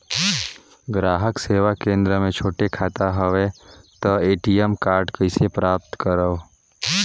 ग्राहक सेवा केंद्र मे छोटे खाता हवय त ए.टी.एम कारड कइसे प्राप्त करव?